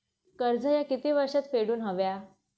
कर्ज ह्या किती वर्षात फेडून हव्या?